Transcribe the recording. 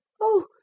Oh